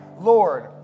Lord